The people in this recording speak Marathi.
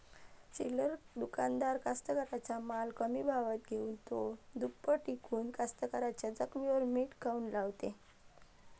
चिल्लर दुकानदार कास्तकाराइच्या माल कमी भावात घेऊन थो दुपटीनं इकून कास्तकाराइच्या जखमेवर मीठ काऊन लावते?